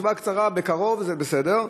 כשהתשובה קצרה: בקרוב, זה בסדר.